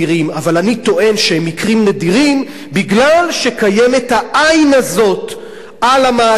אבל אני טוען שהם מקרים נדירים מפני שקיימת העין הזאת על המעצרים,